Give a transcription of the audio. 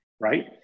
right